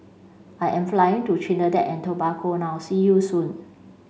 I am flying to Trinidad and Tobago now see you soon